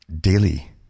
daily